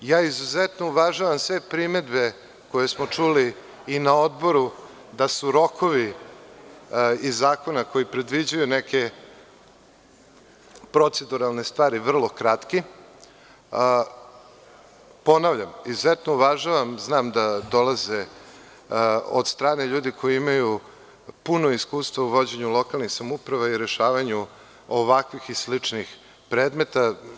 Izuzetno uvažavam sve primedbe koje smo čuli i na Odboru da su rokovi iz zakona koji predviđaju neke proceduralne stvari vrlo kratki, ponavljam izuzetno uvažavam, jer znam da dolaze od strane ljudi koji imaju puno iskustvo u vođenju lokalnih samouprava i rešavanju ovakvih i sličnih predmeta.